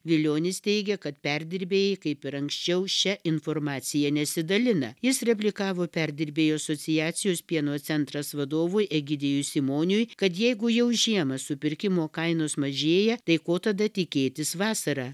vilionis teigia kad perdirbėjai kaip ir anksčiau šia informacija nesidalina jis replikavo perdirbėjų asociacijos pieno centras vadovui egidijui simoniui kad jeigu jau žiemą supirkimo kainos mažėja tai ko tada tikėtis vasarą